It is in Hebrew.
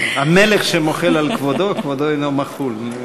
המלך שמוחל על כבודו, כבודו אינו מחול.